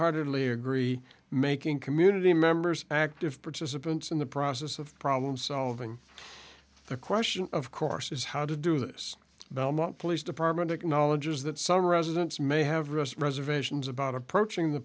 wholeheartedly agree making community members active participants in the process of problem solving the question of course is how to do this belmont police department acknowledges that some residents may have rest reservations about approaching the